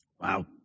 Wow